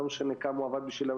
לא משנה כמה הוא עבד בשבילם,